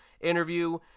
interview